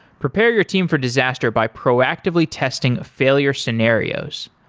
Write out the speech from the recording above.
prepare your team for disaster by proactively testing failure scenarios.